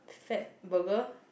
fatburger